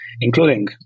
including